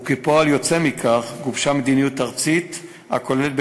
וכפועל יוצא מכך גובשה מדיניות ארצית הכוללת,